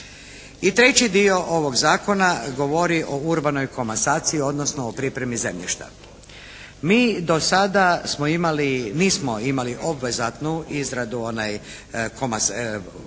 treći dio ovog zakona govori o urbanoj komasaciji, odnosno o pripremi zemljišta. Mi do sada smo imali, nismo imali obvezatnu izradu urbane komasacije